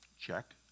Check